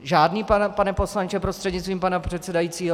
Žádný, pane poslanče prostřednictvím pana předsedajícího?